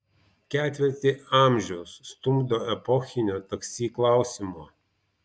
ketvirtį amžiaus stumdo epochinio taksi klausimo